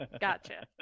Gotcha